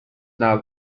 now